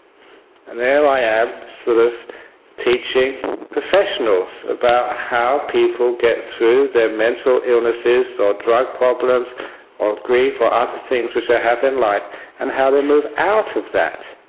and there i am sort of teaching professionals about how people get through their mental illnesses or drug problems or grief or other things which are happening in life and how they move out of that.